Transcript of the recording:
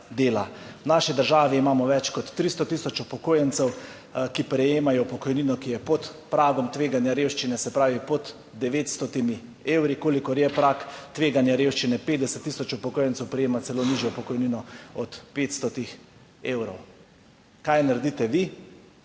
V naši državi imamo več kot 300 tisoč upokojencev, ki prejemajo pokojnino, ki je pod pragom tveganja revščine, se pravi, pod 900 evri, kolikor je prag tveganja revščine. 50 tisoč upokojencev prejema celo nižjo pokojnino od 500 evrov. Kaj naredite vi?